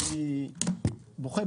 אני בוכה,